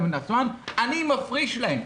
אני מפריש להם,